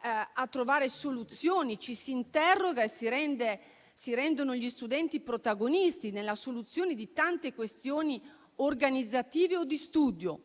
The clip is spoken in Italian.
a trovare soluzioni, ci si interroga e si rendono gli studenti protagonisti nella soluzione di tante questioni organizzative o di studio.